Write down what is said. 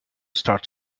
start